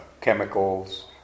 chemicals